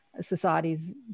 societies